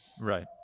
Right